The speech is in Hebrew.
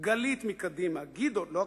לגלית מקדימה, לא הקיבוץ,